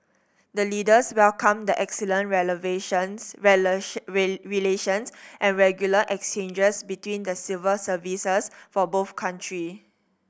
the leaders welcomed the excellent and regular exchanges between the civil services for both country